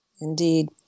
Indeed